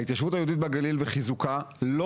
ההתיישבות היהודית בגליל וחיזוקה לא